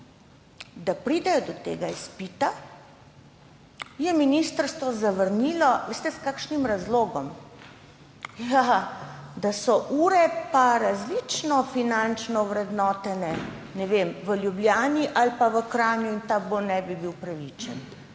da pridejo do tega izpita, je ministrstvo to zavrnilo s tem razlogom, da so ure različno finančno ovrednotene v Ljubljani ali pa v Kranju in da ta bon ne bi bil pravičen.